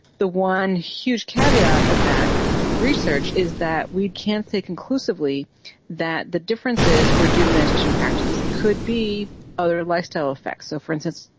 the one huge caveat that research is that we can't say conclusively that the differences were due to meditation practice. it could be other lifestyle effects. so for instance,